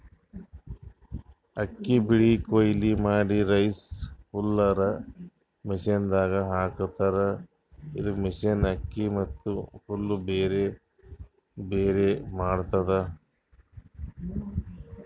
ಅಕ್ಕಿ ಬೆಳಿ ಕೊಯ್ಲಿ ಮಾಡಿ ರೈಸ್ ಹುಲ್ಲರ್ ಮಷಿನದಾಗ್ ಹಾಕ್ತಾರ್ ಇದು ಮಷಿನ್ ಅಕ್ಕಿ ಮತ್ತ್ ಹುಲ್ಲ್ ಬ್ಯಾರ್ಬ್ಯಾರೆ ಮಾಡ್ತದ್